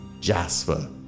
Jasper